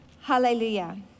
Hallelujah